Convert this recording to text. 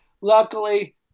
Luckily